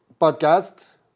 podcast